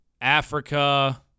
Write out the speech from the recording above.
Africa